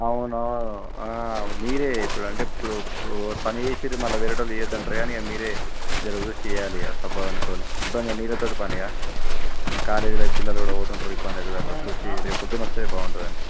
అవునువును మీరే ఇప్పుడంటే ఇప్పుడు పని చేసిరి మళ్ళా వేరేటోలు వేయద్దంటారు కానీ మీరే జర చూసి చేయాలి తప్పదనుకోని ఇబ్బంది నీళ్ళ తోటి పనిగా కాలేజీలోకి పిల్లలు కూడా పోతుంటారు ఇబ్బంది అయితే అలా చూసి రేపు పొద్దున వస్తే బాగుంటుందని